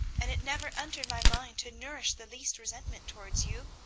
and it never entered my mind to nourish the least resentment towards you.